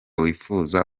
wifuza